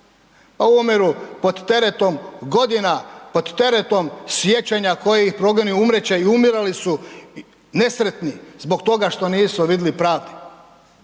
Pa umiru pod teretom godina, pod teretom sjećanja koje ih progoni i umrijet će, i umirali su nesretni zbog toga što nisu vidli pravde.